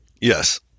Yes